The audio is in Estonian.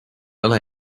ole